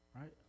right